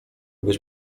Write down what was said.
być